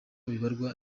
bibarwa